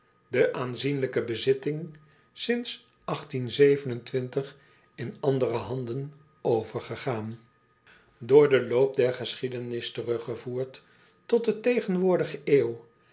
de aanzienlijke bezitting sints in andere handen overgegaan acobus raandijk andelingen door ederland met pen en potlood eel oor den loop der geschiedenis teruggevoerd tot de tegenwoordige eeuw